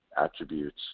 attributes